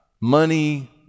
money